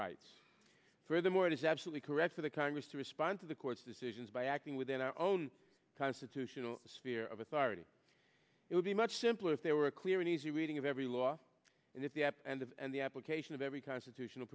rights furthermore it is absolutely correct for the congress to respond to the court's decisions by acting within our own constitutional sphere of authority it would be much simpler if there were a clear and easy reading of every law and if the app and of and the application of every constitutional